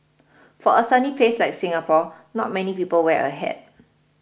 for a sunny place like Singapore not many people wear a hat